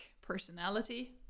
personality